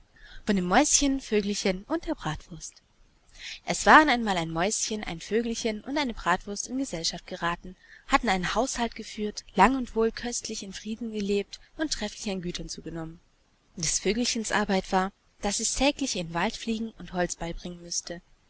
von dem mäuschen vögelchen und der bratwurst es waren einmal ein mäuschen ein vögelchen und eine bratwurst in gesellschaft gerathen hatten einen haushalt geführt lang wohl und köstlich im frieden gelebt und trefflich an gütern zugenommen des vögelchens arbeit war daß es täglich in wald fliegen und holz beibringen müßte